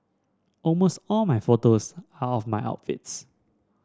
almost all my photos are of my outfits